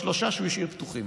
בשלושה שהוא השאיר פתוחים,